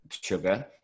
sugar